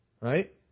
right